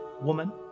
woman